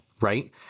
Right